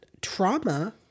trauma